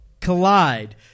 collide